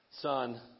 Son